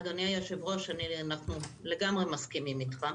אדוני היושב-ראש, אנחנו לגמרי מסכימים איתך.